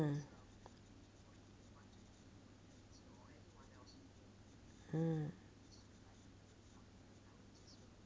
hmm